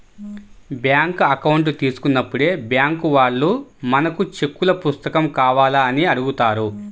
bank account తీసుకున్నప్పుడే bank వాళ్ళు మనకు చెక్కుల పుస్తకం కావాలా అని అడుగుతారు